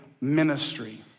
ministry